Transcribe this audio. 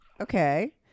Okay